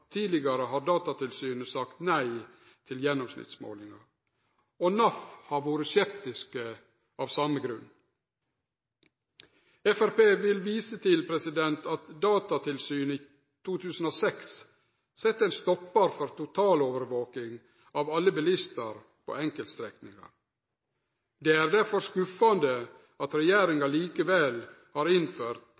tidlegare har sagt nei til gjennomsnittsmålingar, og NAF har vore skeptisk av same grunn. Framstegspartiet vil vise til at Datatilsynet i 2006 sette ein stoppar for totalovervaking av alle bilistar på enkeltstrekningar. Det er derfor skuffande at regjeringa likevel har innført